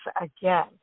again